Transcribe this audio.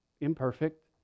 imperfect